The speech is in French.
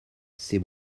ces